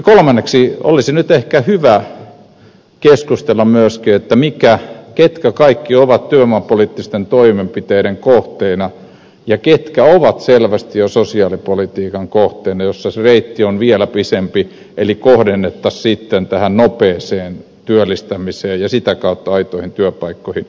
kolmanneksi olisi nyt ehkä hyvä keskustella myöskin siitä ketkä kaikki ovat työvoimapoliittisten toimenpiteiden kohteena ja ketkä ovat selvästi jo sosiaalipolitiikan kohteena jossa se reitti on vielä pidempi eli kohdennettaisiin sitten tähän nopeaan työllistämiseen ja sitä kautta aitoihin työpaikkoihin